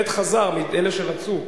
חזר, אולי הרבנים יכולים להגיד, מאלו שרצו.